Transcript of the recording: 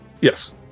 Yes